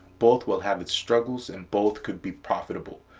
both will have its struggles and both could be profitable,